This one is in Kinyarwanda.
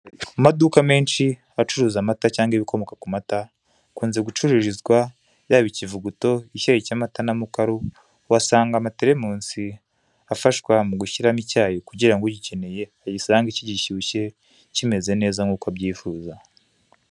Amaduka menshi acuruza amata cyangwa ibikomoka ku mata hakunzwe yaba ikivuguto icyayi cy'amata na mukaru uhasanga amateremusi afasha mu gushyiramo icyayi kugira ngo ugikeneye agisange gishyushye kimeze neza nk'uko abyifuza .